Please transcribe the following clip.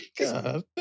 God